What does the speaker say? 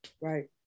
right